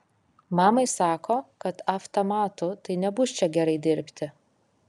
mamai sako kad avtamatu tai nebus čia gerai dirbti